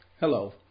Hello